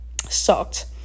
sucked